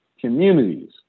communities